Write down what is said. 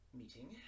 meeting